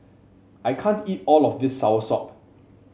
I can't eat all of this soursop